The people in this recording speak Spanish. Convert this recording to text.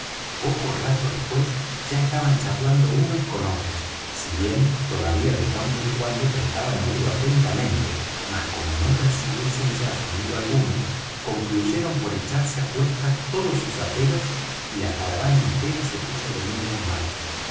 poco rato después ya estaban charlando unos con otros si bien todavía de cuando en cuando prestaban oído atentamente más como no percibiesen ya sonido alguno concluyeron por echarse á cuestas todos sus aperos y la caravana entera se puso de nuevo en marcha